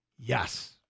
Yes